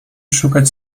szukać